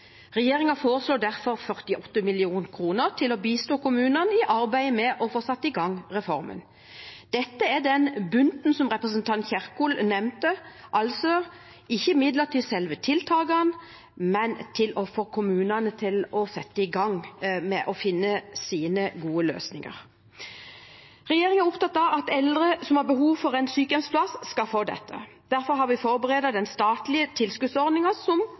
foreslår derfor 48 mill. kr til å bistå kommunene i arbeidet med å få satt i gang reformen. Dette er den «bunten» som representanten Kjerkol nevnte – altså ikke midler til selve tiltakene, men til å få kommunene til å sette i gang med å finne sine gode løsninger. Regjeringen er opptatt av at eldre som har behov for en sykehjemsplass, skal få dette. Derfor har vi forberedt den statlige tilskuddsordningen som